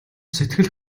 сэтгэл